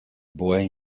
boy